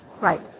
Right